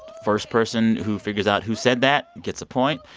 first person who figures out who said that gets a point.